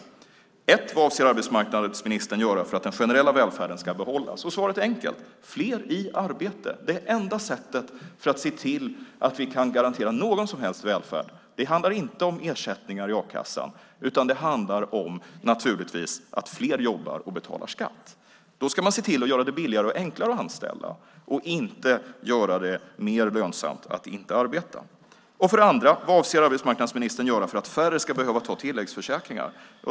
Den första är: Vad avser arbetsmarknadsministern att göra för att den generella välfärden ska behållas? Svaret är enkelt: Fler i arbete! Det är det enda sättet att se till att vi kan garantera någon som helst välfärd. Det handlar inte om ersättningar i a-kassan, utan det handlar naturligtvis om att fler jobbar och betalar skatt. Då ska man se till att göra det billigare och enklare att anställa och inte göra det mer lönsamt att inte arbeta. Den andra frågan är: Vad avser arbetsmarknadsministern att göra för att färre ska behöva teckna tilläggsförsäkringar?